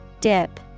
Dip